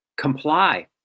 comply